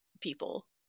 people